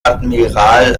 admiral